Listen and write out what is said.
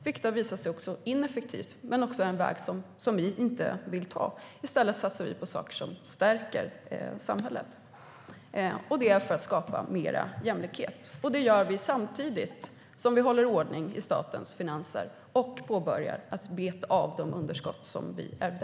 Det har visat sig vara ineffektivt och är en väg som vi inte vill gå. I stället satsar vi på saker som stärker samhället. Det gör vi för att skapa mer jämlikhet, och det gör vi samtidigt som vi håller ordning i statens finanser och börjar beta av de underskott som vi ärvde.